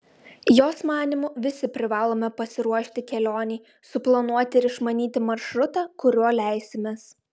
jos manymu visi privalome pasiruošti kelionei suplanuoti ir išmanyti maršrutą kuriuo leisimės